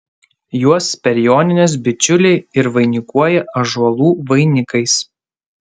juos per jonines bičiuliai ir vainikuoja ąžuolų vainikais